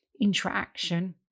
interaction